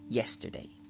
yesterday